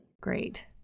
Great